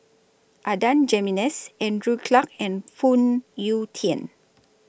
Adan Jimenez Andrew Clarke and Phoon Yew Tien